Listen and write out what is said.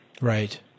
Right